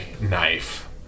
knife